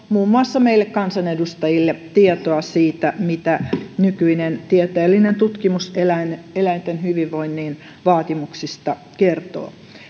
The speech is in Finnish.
muun muassa meille kansanedustajille tietoa siitä mitä nykyinen tieteellinen tutkimus eläinten hyvinvoinnin vaatimuksista kertoo